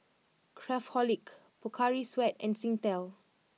Craftholic Pocari Sweat and Singtel